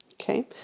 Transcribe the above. Okay